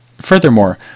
Furthermore